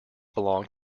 belonged